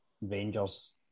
Rangers